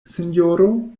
sinjoro